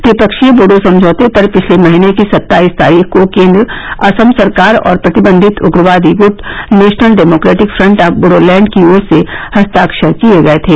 त्रिपक्षीय बोडो समझौते पर पिछले महीने की सत्ताईस तारीख को केन्द्र असम सरकार और प्रतिबंधित उग्रवादी गट National Democratic Front of Bodoland की ओर से हस्ताक्षर किए गए थे